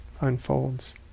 unfolds